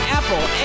Apple